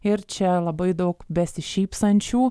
ir čia labai daug besišypsančių